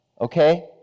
okay